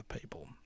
people